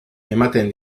ematen